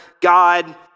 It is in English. God